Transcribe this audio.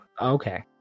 Okay